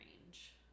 range